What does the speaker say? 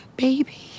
Baby